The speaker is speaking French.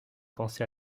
pensé